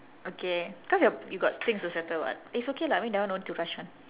okay because your you got things to settle [what] it's okay lah I mean that one don't need to rush [one]